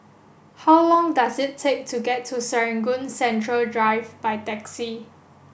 how long does it take to get to Serangoon Central Drive by taxi